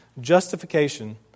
Justification